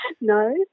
no